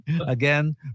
Again